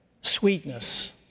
sweetness